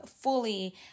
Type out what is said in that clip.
fully